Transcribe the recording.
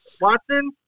Watson